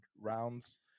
rounds